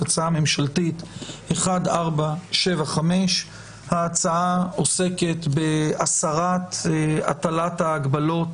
הצעה ממשלתית 1475. ההצעה עוסקת בהסרת הטלת ההגבלות